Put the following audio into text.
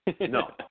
No